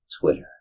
Twitter